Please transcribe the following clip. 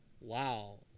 wow